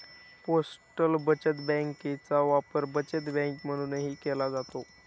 postal बचत बँकेचा वापर बचत बँक म्हणूनही केला जातो